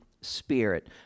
Spirit